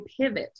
pivot